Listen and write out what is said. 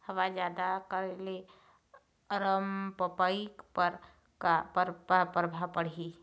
हवा जादा करे ले अरमपपई पर का परभाव पड़िही?